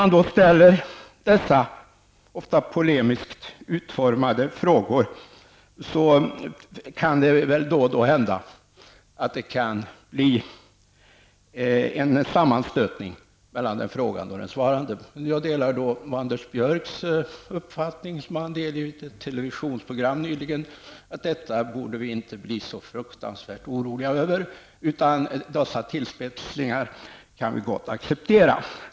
När dessa ofta polemiskt utformade frågor ställs kan det hända att det kan bli en sammanstötning mellan den frågande och den svarande. Jag delar Anders Björcks uppfattning, som han har delgivit i ett TV-program nyligen, att detta borde vi inte bli så fruktansvärt oroliga över. Vi kan gott acceptera dessa tillspetsningar.